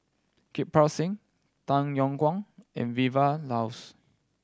Kirpal Singh Tay Yong Kwang and Vilma Laus